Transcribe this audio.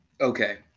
okay